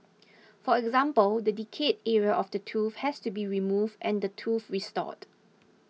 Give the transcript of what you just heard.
for example the decayed area of the tooth has to be removed and the tooth restored